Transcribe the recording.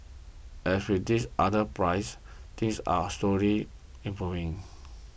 as with this other pries things are slowly improving